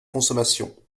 consommation